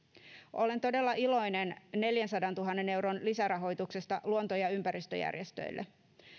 olen todella iloinen neljänsadantuhannen euron lisärahoituksesta luonto ja ympäristöjärjestöille